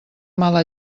mala